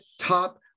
top